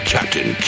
Captain